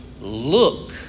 look